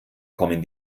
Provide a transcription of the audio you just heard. kommen